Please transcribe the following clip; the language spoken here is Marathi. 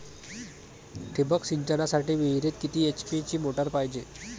ठिबक सिंचनासाठी विहिरीत किती एच.पी ची मोटार पायजे?